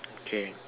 okay